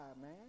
man